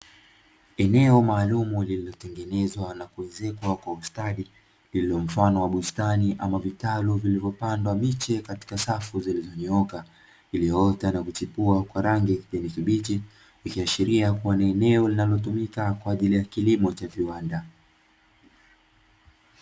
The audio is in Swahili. Eneo maalumu lililo tengenezwa na kuezekwa kwa ustadi, lililo mfano wa bustani au vitalu vilivyopandwa miche katika safu zilizo nyooka, iliyoota na kuchipua kwa rangi ya kijani kibichi, ikiashiria kua ni eneo linalo tumika kwa ajili ya kilimo cha viwanda.